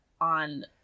on